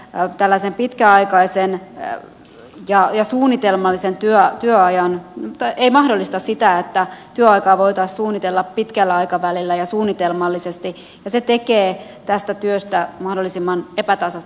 kai tällaisen pitkäaikaisen ja dia ja suunnitelmallisen työ ja työajan työskenteleviä ei mahdollista sitä että työaikaa voitaisiin suunnitella pitkällä aikavälillä ja suunnitelmallisesti ja se tekee tästä työstä mahdollisimman epätasaista